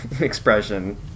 expression